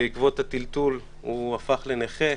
בעקבות הטלטול הוא הפך לנכה,